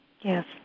Yes